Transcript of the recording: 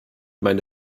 meine